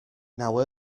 now